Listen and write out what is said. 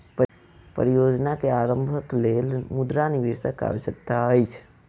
परियोजना के आरम्भक लेल मुद्रा निवेशक आवश्यकता अछि